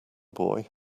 boy